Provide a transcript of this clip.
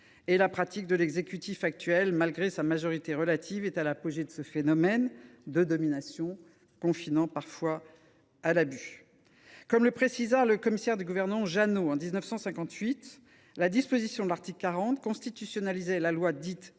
Et la pratique de l’exécutif actuel, malgré sa majorité relative, est à l’apogée de ce phénomène de domination, confinant parfois à l’abus. Comme le précisa le commissaire du gouvernement Janot en 1958, la disposition de l’article 40 constitutionnalisait la loi dite